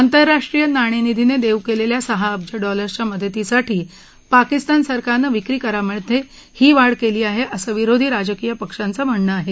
आंतरराष्ट्रीय नाणेनिधीनं देऊ केलेल्या सहा अब्ज डॉलर्सच्या मदतीसाठी पाकिस्तान सरकारनं विक्री करामधे ही वाढ केली आहे असं विरोधी राजकीय पक्षाचं म्हणणं आहे